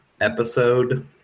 episode